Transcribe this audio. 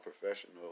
professional